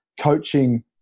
coaching